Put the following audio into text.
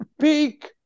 peak